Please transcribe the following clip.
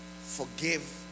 forgive